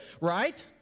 right